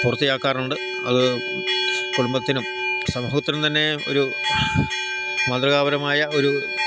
പൂർത്തിയാക്കാറുണ്ട് അത് കുടുംബത്തിനും സമൂഹത്തിനും തന്നെ ഒരു മതൃകാപരമായ ഒരു